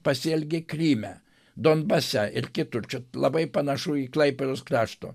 pasielgė kryme donbase ir kitur čia labai panašu į klaipėdos krašto